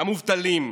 מובטלים,